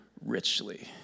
richly